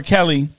Kelly